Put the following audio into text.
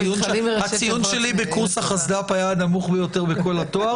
הציון שלי בקורס החסד"פ היה הנמוך ביותר בכל התואר,